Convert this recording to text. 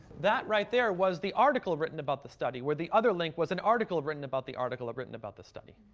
that right there was the article written about the study, where the other link was an article, written about the article, written about the study.